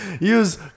Use